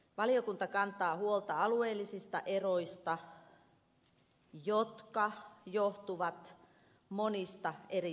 valiokunta kantaa huolta alueellisista eroista jotka johtuvat monista eri syistä